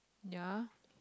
ya